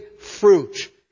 fruit